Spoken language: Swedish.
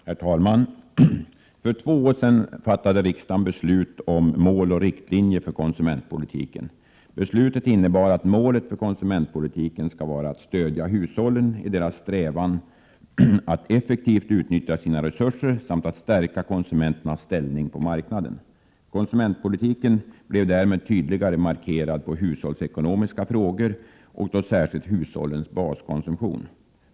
Herr talman! För två år sedan fattade riksdagen beslut om mål och riktlinjer för konsumentpolitiken. Beslutet innebar att målet för konsumentpolitiken skall vara att stödja hushållen i deras strävan att effektivt utnyttja sina resurser samt stärka konsumenternas ställning på marknaden. Konsumentpolitiken blev därmed tydligare inriktad på hushållsekonomiska frågor, och då särskilt hushållens baskonsumtion.